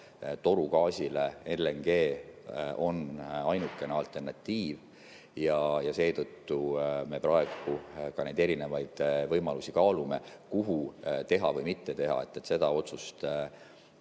torugaasile on LNG ainukene alternatiiv. Seetõttu me praegu ka neid erinevaid võimalusi kaalume. Kuhu teha või mitte teha, seda otsust